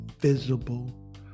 visible